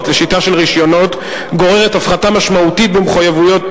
לשיטה של רשיונות גורר הפחתה משמעותית במחויבויות,